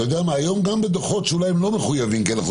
והיום גם בדוחות שאולי הם לא מחויבים כי אנחנו